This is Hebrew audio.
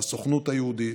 את הסוכנות היהודית,